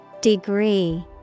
Degree